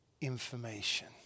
information